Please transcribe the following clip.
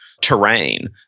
terrain